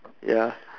ya